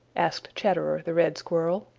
asked chatterer the red squirrel.